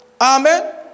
Amen